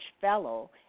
fellow